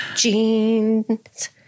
Jeans